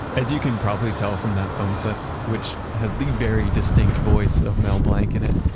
as you can probably tell from that film clip, which has the very distinct voice of mel blanc and it,